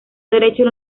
derecho